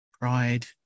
pride